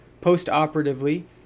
Postoperatively